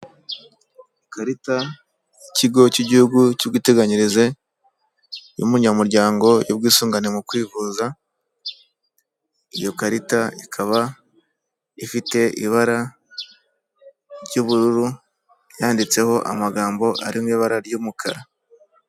Ikarita y'ikigo cy'igihugu cy'ubwiteganyirize y'umunyamuryango y'ubwisungane mu kwivuza, iyo karita ikaba ifite ibara ry'ubururu, yanditseho amagambo ari mu ibara ry'umukara.